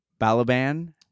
Balaban